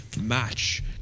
match